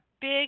big